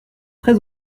très